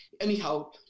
Anyhow